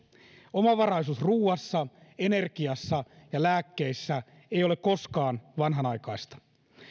omavaraisuus ruoassa energiassa ja lääkkeissä ei ole koskaan vanhanaikaista